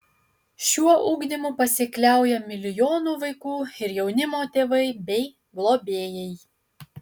šiuo ugdymu pasikliauja milijonų vaikų ir jaunimo tėvai bei globėjai